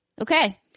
Okay